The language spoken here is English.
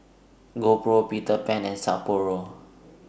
GoPro Peter Pan and Sapporo